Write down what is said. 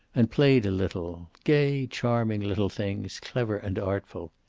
and played a little gay, charming little things, clever and artful.